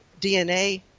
DNA